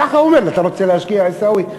ככה הוא אומר לי: אתה רוצה להשקיע, עיסאווי?